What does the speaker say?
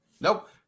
Nope